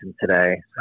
today